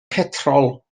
petrol